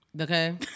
Okay